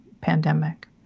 pandemic